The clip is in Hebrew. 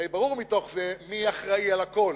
הרי ברור מתוך זה מי אחראי לכול,